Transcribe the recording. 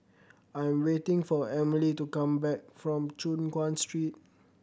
I am waiting for Emely to come back from Choon Guan Street